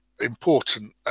important